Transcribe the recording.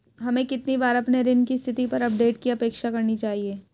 हमें कितनी बार अपने ऋण की स्थिति पर अपडेट की अपेक्षा करनी चाहिए?